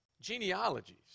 genealogies